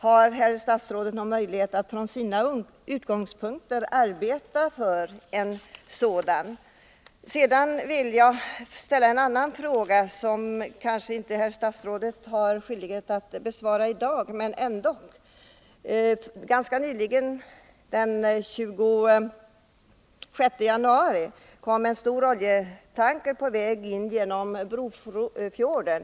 Har herr statsrådet någon möjlighet att från sina utgångspunkter arbeta för ett sådant oljeskydd? Jag har en annan fråga, som statsrådet kanske inte har skyldighet att besvara i dag men som jag vill ställa ändå. Ganska nyligen, den 26 januari, var en oljetanker på väg in genom Brofjorden.